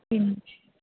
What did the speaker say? പിന്നെ